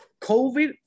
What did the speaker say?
COVID